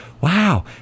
Wow